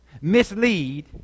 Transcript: mislead